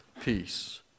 peace